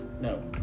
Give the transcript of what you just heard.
No